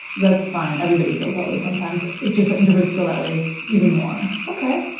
that's fine. everybody feels that way sometimes. it's just that introverts feel that way even more. okay!